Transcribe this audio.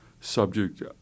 subject